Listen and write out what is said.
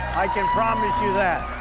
i can promise you that.